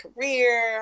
career